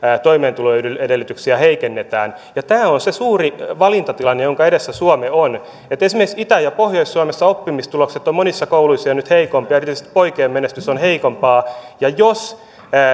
toimeentuloedellytyksiä heikennetään tämä on se suuri valintatilanne jonka edessä suomi on esimerkiksi itä ja pohjois suomessa oppimistulokset ovat monissa kouluissa jo nyt heikompia erityisesti poikien menestys on heikompaa ja jos